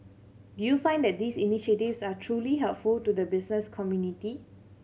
do you find that these initiatives are truly helpful to the business community